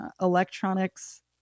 electronics